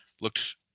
looked